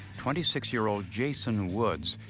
twenty six year old jason woods,